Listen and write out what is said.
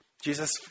Jesus